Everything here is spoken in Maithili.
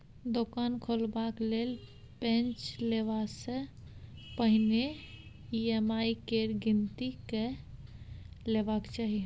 दोकान खोलबाक लेल पैंच लेबासँ पहिने ई.एम.आई केर गिनती कए लेबाक चाही